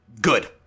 good